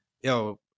yo